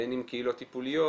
בין אם קהילות טיפוליות,